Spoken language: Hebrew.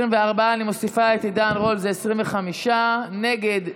24, ואני מוסיפה את עידן רול, זה 25, נגד,